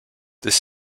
this